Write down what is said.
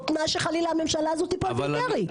או תנאי שחלילה הממשלה הזאת תיפול בלי דרעי?